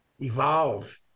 evolve